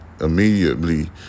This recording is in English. immediately